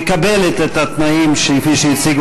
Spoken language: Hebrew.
אני אבקש מחברי לתמוך בהצעה,